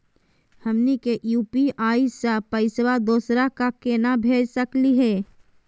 हमनी के यू.पी.आई स पैसवा दोसरा क केना भेज सकली हे?